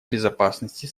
безопасности